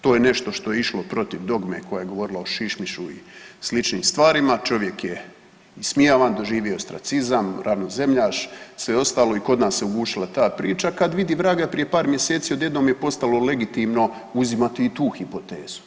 To je nešto što je išlo protiv dogme koja je govorila o šišmišu i sličnim stvarima, čovjek je ismijavan, doživio je stracizam, ravnozemljaš i sve ostalo i kod nas se ugušila ta priča, kad vidi vraga prije par mjeseci odjednom je postalo legitimno uzimati i tu hipotezu.